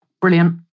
brilliant